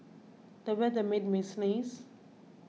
the weather made me sneeze